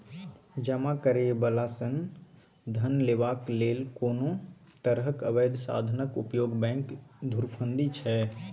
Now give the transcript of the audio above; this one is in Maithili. जमा करय बला सँ धन लेबाक लेल कोनो तरहक अबैध साधनक उपयोग बैंक धुरफंदी छै